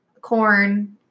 corn